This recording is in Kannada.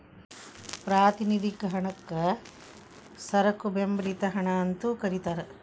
ಪ್ರಾತಿನಿಧಿಕ ಹಣಕ್ಕ ಸರಕು ಬೆಂಬಲಿತ ಹಣ ಅಂತೂ ಕರಿತಾರ